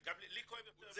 גם לי כואב יותר ממנו.